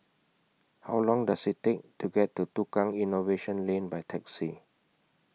How Long Does IT Take to get to Tukang Innovation Lane By Taxi